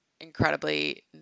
incredibly